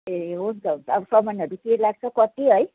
ए हुन्छ हुन्छ अब सामानहरू के लाग्छ कति है